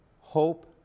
hope